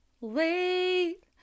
late